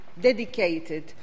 dedicated